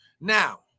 now